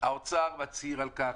משרד האוצר מצהיר על כך,